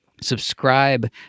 Subscribe